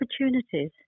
opportunities